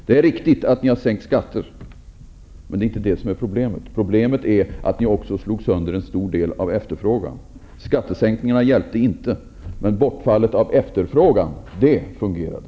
Det är riktigt att ni har sänkt skatter, men det är inte det som är problemet. Problemet är att ni också slog sönder en stor del av efterfrågan. Skattesänkningarna hjälpte inte. Men bortfallet av efterfrågan fungerade.